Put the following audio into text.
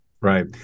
Right